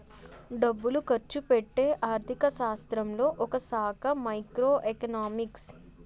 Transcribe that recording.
డబ్బులు ఖర్చుపెట్టే ఆర్థిక శాస్త్రంలో ఒకశాఖ మైక్రో ఎకనామిక్స్